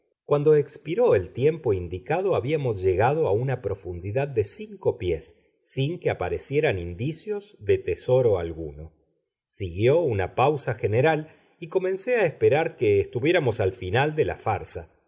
cuando expiró el tiempo indicado habíamos llegado a una profundidad de cinco pies sin que aparecieran indicios de tesoro alguno siguió una pausa general y comencé a esperar que estuviéramos al final de la farsa